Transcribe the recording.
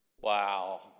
Wow